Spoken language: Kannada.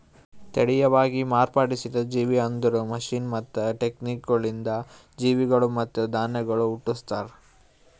ತಳಿಯವಾಗಿ ಮಾರ್ಪಡಿಸಿದ ಜೇವಿ ಅಂದುರ್ ಮಷೀನ್ ಮತ್ತ ಟೆಕ್ನಿಕಗೊಳಿಂದ್ ಜೀವಿಗೊಳ್ ಮತ್ತ ಧಾನ್ಯಗೊಳ್ ಹುಟ್ಟುಸ್ತಾರ್